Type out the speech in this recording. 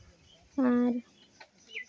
ᱟᱨ